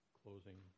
closing